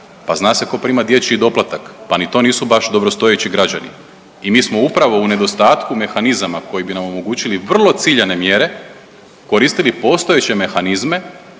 pa zna se ko prima dječji doplatak pa ni to nisu baš dobrostojeći građani. I mi smo upravo u nedostatku mehanizama koji bi nam omogućili vrlo ciljane mjere koristili postojeće mehanizme